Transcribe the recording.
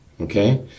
okay